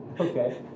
Okay